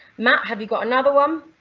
matt have you got another one?